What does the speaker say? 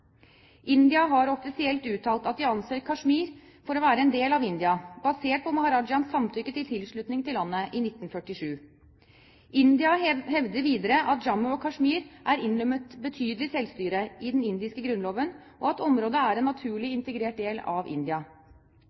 India har offisielt uttalt at de anser Kashmir for å være en del av India, basert på maharajaens samtykke til tilslutning til landet i 1947. India hevder videre at Jammu og Kashmir er innrømmet betydelig selvstyre i den indiske grunnloven, og at området er en naturlig integrert del av India.